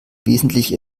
wesentlich